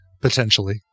Potentially